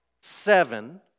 seven